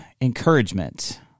encouragement